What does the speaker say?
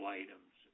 items